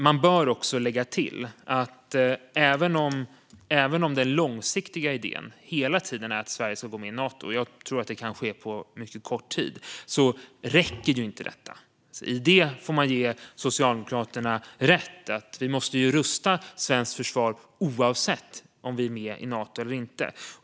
Man bör lägga till att även om den långsiktiga idén hela tiden är att Sverige ska gå med i Nato - jag tror dock att det kan ske på mycket kort tid - räcker inte detta. Där får man ge Socialdemokraterna rätt - vi måste rusta svenskt försvar oavsett om vi är med i Nato eller inte.